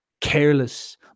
Careless